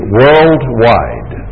worldwide